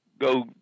go